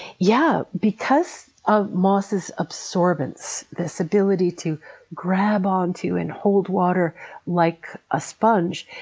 yeah because of moss's absorbance, this ability to grab on to and hold water like a sponge,